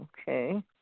Okay